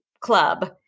club